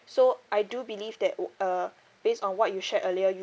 so I do believe that o~ uh based on what you shared earlier you